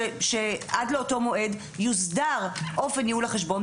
שעד לאותו מועד יוסדר אופן ניהול החשבון,